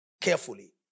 carefully